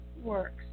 works